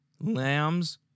Lambs